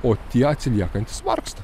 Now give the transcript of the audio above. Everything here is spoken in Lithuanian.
o tie atsiliekantys vargsta